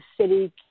city